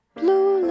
blue